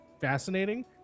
fascinating